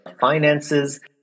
finances